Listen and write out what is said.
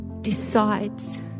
decides